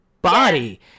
body